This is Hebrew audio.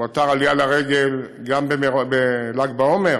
הוא אתר עלייה לרגל גם בל"ג בעומר,